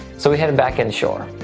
so, we head and back in shore.